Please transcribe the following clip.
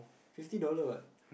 fifty dollar what